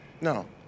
No